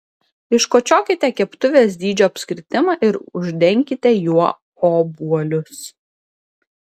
iškočiokite keptuvės dydžio apskritimą ir uždenkite juo obuolius